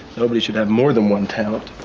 nobody should have more than one talent